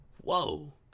Whoa